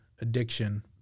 addiction